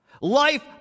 life